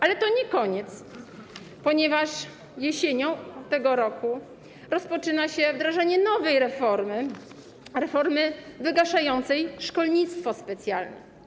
Ale to nie koniec, ponieważ jesienią tego roku rozpoczyna się wdrażanie nowej reformy, reformy wygaszającej szkolnictwo specjalne.